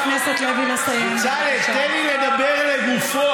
תן לי לדבר לגופו.